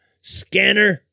Scanner